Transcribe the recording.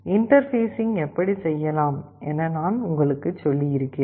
interfacing எப்படி செய்யலாம் என நான் உங்களுக்குச் சொல்லியிருக்கிறேன்